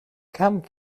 come